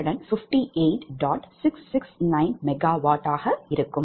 669 MW ஆக இருக்கும்